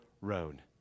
road